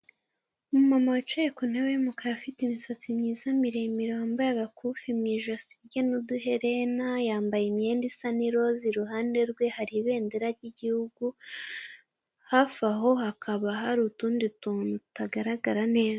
Umumama wicaye ku ntebe y'umukara afite imisatsi myiza miremire, wambaye agakufi mu ijosi rye n'uduherena, yambaye imyenda isa n'iroza, iruhande rwe hari ibendera ry'igihugu, hafi aho hakaba hari utundi tuntu tutagaragara neza.